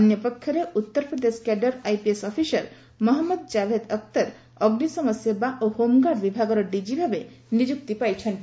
ଅନ୍ୟପକ୍ଷରେ Uttar Pradesh cadre IPS officer Mohammad Javed Akhtar ଅଗ୍ନିଶମ ସେବା ଓ ହୋମ୍ଗାର୍ଡ ବିଭାଗର ଡିଜି ଭାବେ ନିଯ୍ନକ୍ତି ପାଇଛନ୍ତି